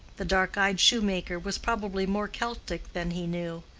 the dark-eyed shoemaker, was probably more celtic than he knew.